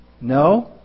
No